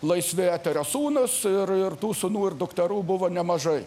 laisvi eterio sūnus ir tų sūnų ir dukterų buvo nemažai